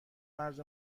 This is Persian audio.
مرز